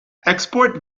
export